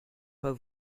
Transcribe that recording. pas